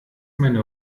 meine